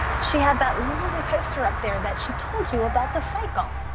she had that lovely poster up there that she told you about the cycle.